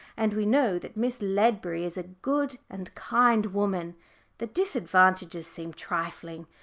and we know that miss ledbury is a good and kind woman the disadvantages seem trifling,